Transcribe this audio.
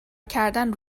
کردن